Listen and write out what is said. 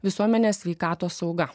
visuomenės sveikatos sauga